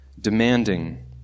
Demanding